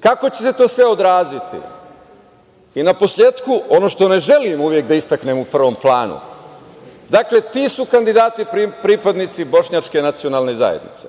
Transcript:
Kako će se sve to odraziti? I na kraju, ono što ne želim uvek da istaknem u prvom planu. Dakle, ti su kandidati pripadnici Bošnjačke nacionalne zajednice